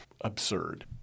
absurd